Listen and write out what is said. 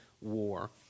war